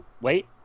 wait